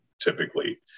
typically